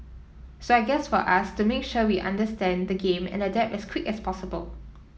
so I guess for us to make sure we understand the game and adapt as quick as possible